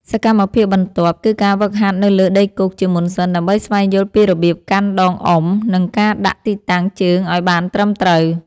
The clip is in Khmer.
សកម្មភាពបន្ទាប់ គឺការហ្វឹកហាត់នៅលើដីគោកជាមុនសិន ដើម្បីស្វែងយល់ពីរបៀបកាន់ដងអុំ និងការដាក់ទីតាំងជើងឱ្យបានត្រឹមត្រូវ។